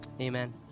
Amen